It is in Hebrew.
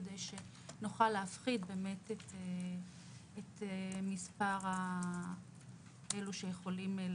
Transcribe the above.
כדי שנוכל להפחית את מספר המבודדים.